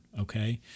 Okay